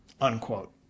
unquote